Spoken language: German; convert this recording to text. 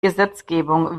gesetzgebung